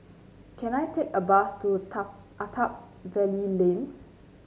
can I take a bus to Attap Valley Lane